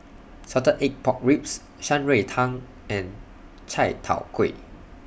Salted Egg Pork Ribs Shan Rui Tang and Chai Tow Kway